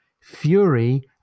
fury